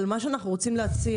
דבר ראשון שאנחנו רוצים להציע,